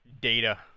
data